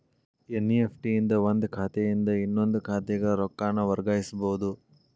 NEFT ಇಂದ ಒಂದ್ ಖಾತೆಯಿಂದ ಇನ್ನೊಂದ್ ಖಾತೆಗ ರೊಕ್ಕಾನ ವರ್ಗಾಯಿಸಬೋದು